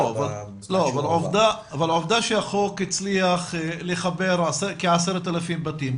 אבל העובדה שהחוק הצליח לחבר כ-10,000 בתים,